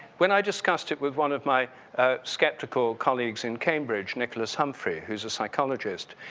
when i discussed it with one of my skeptical colleagues in cambridge, nicholas humphrey, who's a psychologist,